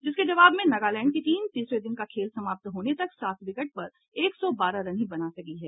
जिसके जवाब में नगालैंड की टीम तीसरे दिन का खेल समाप्त होने तक सात विकेट पर एक सौ बारह रन ही बना सकी है